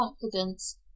confidence